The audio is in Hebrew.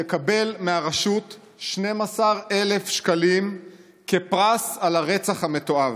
יקבל מהרשות 12,000 שקלים כפרס על הרצח המתועב.